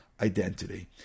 identity